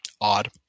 odd